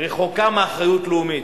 רחוקה מאחריות לאומית.